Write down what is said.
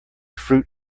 fruit